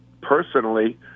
Personally